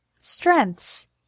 Strengths